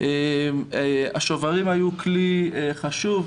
השוברים היו כלי חשוב,